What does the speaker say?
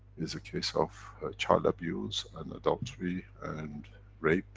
is a case of child abuse and adultery and rape